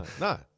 no